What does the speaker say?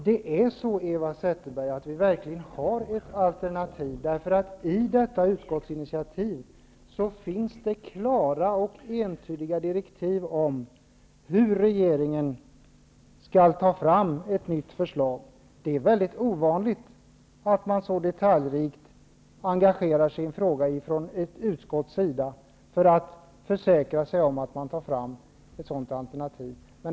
Herr talman! Vi har verkligen ett alternativ, Eva Zetterberg. I utskottsinitativet finns det klara och entydiga direktiv om hur regeringen skall ta fram ett nytt förslag. Det är väldigt ovanligt att utskott engagerar sig så detaljrikt i en fråga för att försäkra sig om att det tas fram ett alternativ.